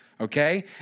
okay